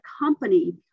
company